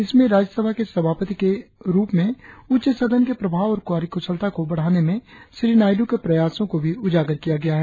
इसमें राज्यसभा के सभापति के रुप में उच्च सदन के प्रभाव और कार्यकुशलता को बढ़ाने में श्री नायडू के प्रयासो को भी उजागर किया गया है